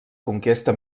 conquesta